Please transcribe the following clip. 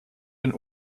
den